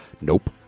Nope